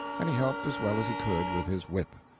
and he helped as well as he could with his whip.